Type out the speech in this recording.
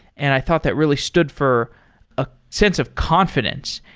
and i thought that really stood for a sense of confidence,